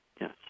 Yes